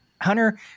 Hunter